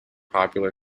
popular